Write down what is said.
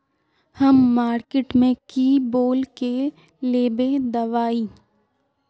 हम मार्किट में की बोल के लेबे दवाई?